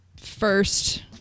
first